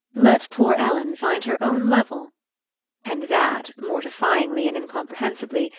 let poor ellen find her own level and that, mortifyingly and incomprehensibly,